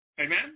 Amen